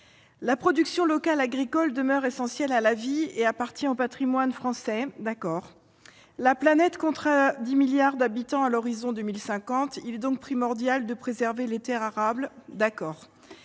La production locale agricole demeure essentielle à la vie et appartient au patrimoine français »: nous sommes d'accord. « La planète comptera 10 milliards d'habitants à l'horizon 2050, il est donc primordial de préserver les terres arables »: nous